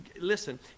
listen